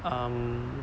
um